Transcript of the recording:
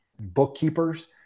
bookkeepers